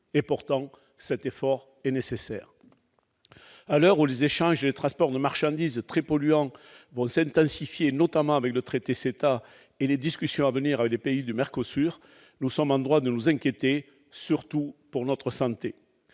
! Pourtant, cet effort est nécessaire. À l'heure où les échanges et les transports de marchandises très polluants vont s'intensifier, notamment avec le traité CETA et les discussions à venir avec les pays du MERCOSUR, nous sommes en droit de nous inquiéter, surtout pour notre santé.